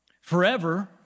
Forever